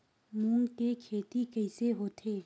मूंग के खेती कइसे होथे?